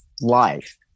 life